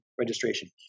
registration